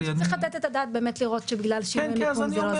וגם מול הנהלת בתי המשפט העבודה הייתה מאוד אינטנסיבית.